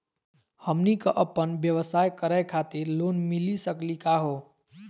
हमनी क अपन व्यवसाय करै खातिर लोन मिली सकली का हो?